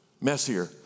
messier